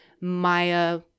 Maya